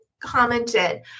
commented